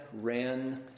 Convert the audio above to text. ran